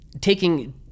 taking